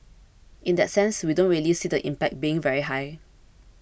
in that sense we don't really see the impact being very high